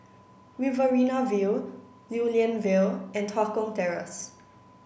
Riverina View Lew Lian Vale and Tua Kong Terrace